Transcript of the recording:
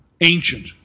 ancient